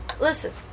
Listen